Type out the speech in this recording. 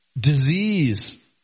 disease